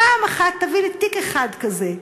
פעם אחת תביא לי תיק אחד כזה,